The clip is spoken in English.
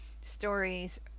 stories